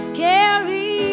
carry